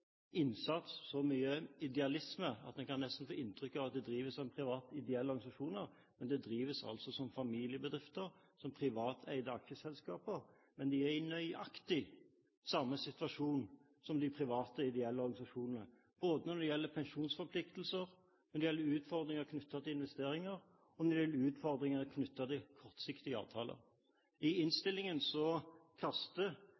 innsats, så mye idealisme at en nesten kan få inntrykk av at de drives som private ideelle organisasjoner – men som familiebedrifter, som privateide aksjeselskaper. Men de er i nøyaktig samme situasjon som de private ideelle organisasjonene, både når det gjelder pensjonsforpliktelser, når det gjelder utfordringer knyttet til investeringer, og når det gjelder utfordringer knyttet til kortsiktige avtaler. I